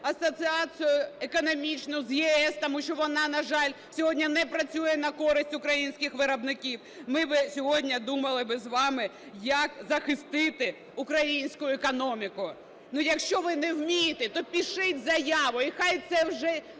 Асоціацію економічну з ЄС, тому що вона, на жаль, сьогодні не працює на користь українських виробників. Ми би сьогодні думали з вами, як захистити українську економіку. Але якщо ви не вмієте, то пишіть заяву, і нехай вже